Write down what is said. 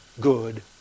good